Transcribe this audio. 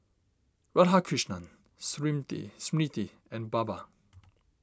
Radhakrishnan Smriti and Baba